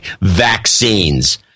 vaccines